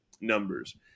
numbers